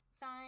sign